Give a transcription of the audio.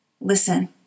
Listen